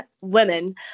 women